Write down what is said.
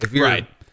Right